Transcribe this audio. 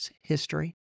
history